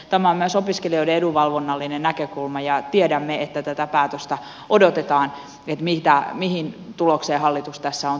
tämä on myös opiskelijoiden edunvalvonnallinen näkökulma ja tiedämme että tätä päätöstä odotetaan mihin tulokseen hallitus tässä on tulossa